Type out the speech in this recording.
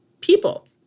people